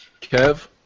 Kev